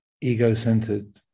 ego-centered